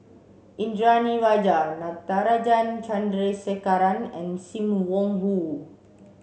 Indranee Rajah Natarajan Chandrasekaran and Sim Wong Hoo